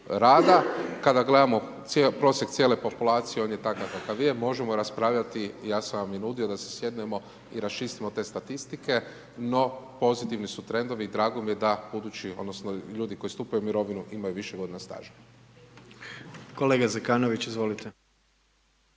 Kada gledamo prosjek cijele populacije, on je takav kakav je, možemo raspravljati, ja sam vam i nudio da se sjednemo i raščistimo te statistike. No, pozitivni su trendovi i drago mi je da budući odnosno ljudi koji stupaju u mirovinu imaju više godina staža. **Jandroković, Gordan